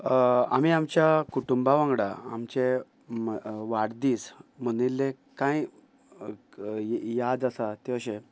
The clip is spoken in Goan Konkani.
आमी आमच्या कुटुंबा वांगडा आमचे वाडदीस मनयिल्ले कांय याद आसा ते अशे